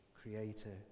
creator